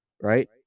right